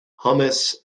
hummus